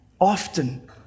often